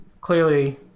Clearly